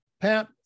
Pat